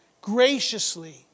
graciously